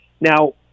Now